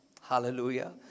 Hallelujah